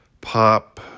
pop